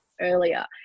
earlier